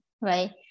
right